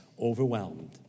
overwhelmed